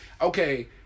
Okay